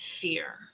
fear